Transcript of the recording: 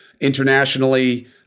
internationally